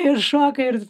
ir šoka ir